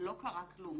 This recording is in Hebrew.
לא קרה כלום.